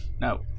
No